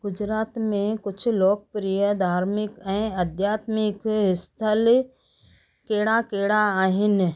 गुजरात में कुझु लोकप्रिय धार्मिक ऐं अध्यात्मिक स्थलु कहिड़ा कहिड़ा आहिनि